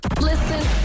Listen